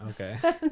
Okay